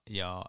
ja